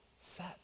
set